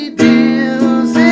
deals